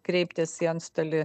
kreiptis į antstolį